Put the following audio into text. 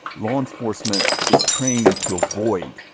law enforcement is trained to avoid.